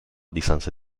distanza